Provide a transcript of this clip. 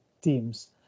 teams